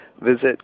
Visit